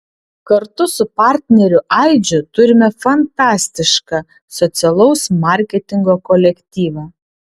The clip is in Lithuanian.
kartu su partneriu aidžiu turime fantastišką socialaus marketingo kolektyvą